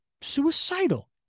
suicidal